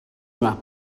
yma